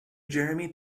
jeremy